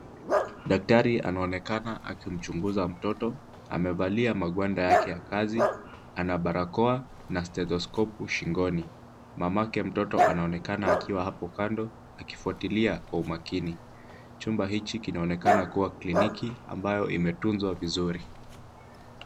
Daktari anaonekana akimchunguza mtoto. Amevalia magwanda yake ya kazi, ana barakoa na stetoskopu shingoni. Mamake mtoto anaonekana akiwa hapo kando akifuatilia kwa umakini. Chumba hichi kinaonekana kuwa kliniki ambayo imetunzwa vizuri.